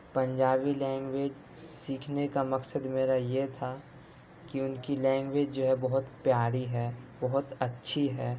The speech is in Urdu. پنجابی لینگویج سیکھنے کا مقصد میرا یہ تھا کہ ان کی لینگویج جو ہے بہت پیاری ہے بہت اچھی ہے